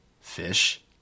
Fish